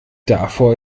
davor